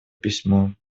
письмо